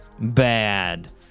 bad